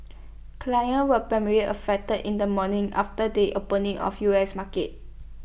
clients were primarily affected in the morning after they opening of U S markets